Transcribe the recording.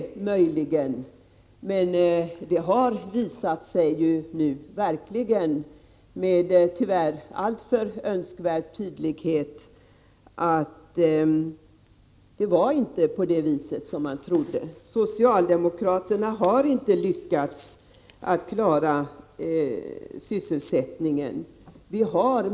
Möjligen trodde man att socialdemokraterna skulle klara sysselsättningen, men det har ju nu visat sig — med all önskvärd tydlighet — att det inte förhåller sig så. Socialdemokraterna har inte lyckats klara sysselsättningen.